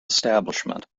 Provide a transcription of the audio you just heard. establishment